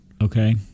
Okay